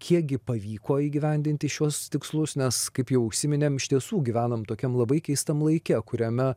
kiek gi pavyko įgyvendinti šiuos tikslus nes kaip jau užsiminėm iš tiesų gyvenam tokiam labai keistam laike kuriame